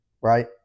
Right